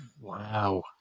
wow